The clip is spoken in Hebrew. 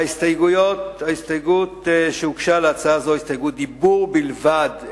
ההסתייגות שהוגשה להצעה זו היא הסתייגות דיבור בלבד,